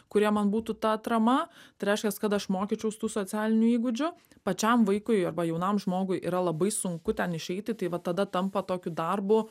kurie man būtų ta atrama tai reiškias kad aš mokyčiaus tų socialinių įgūdžių pačiam vaikui arba jaunam žmogui yra labai sunku ten išeiti tai va tada tampa tokiu darbu